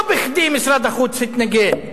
לא בכדי משרד החוץ התנגד.